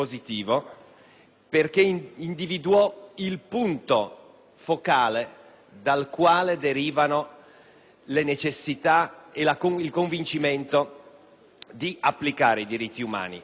perché individuò il punto focale dal quale derivano la necessità e il convincimento di applicare i diritti umani,